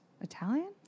Italian